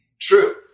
true